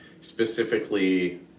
specifically